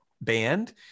band